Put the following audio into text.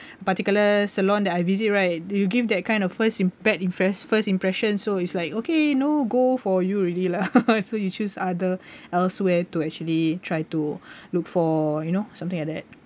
particular salon that I visit right you give that kind of first imp~ bad impres~ first impression so it's like okay no go for you already lah so you choose other elsewhere to actually try to look for you know something like that